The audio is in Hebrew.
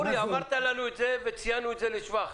אורי, אמרת לנו את זה וציינו את זה לשבח.